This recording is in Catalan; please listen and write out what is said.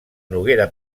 noguera